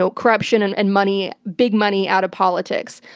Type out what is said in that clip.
so corruption and and money, big money, out of politics.